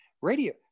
Radio